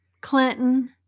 Clinton